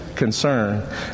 concern